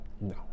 No